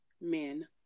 men